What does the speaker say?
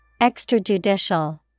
Extrajudicial